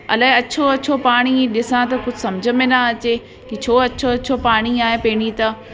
अलाए अछो अछो पाणी ॾिसां त कुझु समुझ में न अचे कि छो अछो अछो पाणी आहे पहिरीं त